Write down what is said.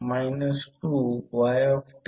म्हणून M K √ L1 L2